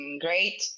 great